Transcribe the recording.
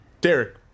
Derek